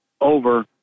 over